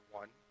one